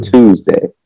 Tuesday